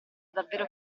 davvero